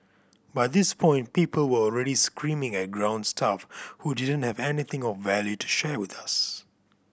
by this point people were already screaming at ground staff who didn't have anything of value to share with us